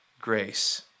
grace